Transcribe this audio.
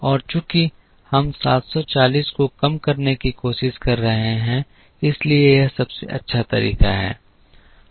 और चूंकि हम 740 को कम करने की कोशिश कर रहे हैं इसलिए यह सबसे अच्छा तरीका है